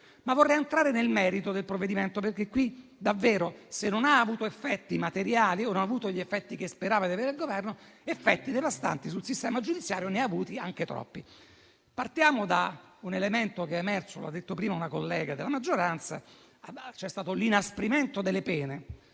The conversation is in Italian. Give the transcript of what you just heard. Vorrei entrare nel merito del provvedimento, perché davvero, se non ha avuto effetti materiali o non ha avuto quelli che sperava il Governo, di effetti devastanti sul sistema giudiziario ne ha avuti anche troppi. Partiamo da un elemento che è emerso: come ha detto prima una collega della maggioranza, c'è stato l'inasprimento delle pene.